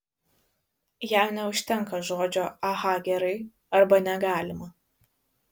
jam neužtenka žodžio aha gerai arba negalima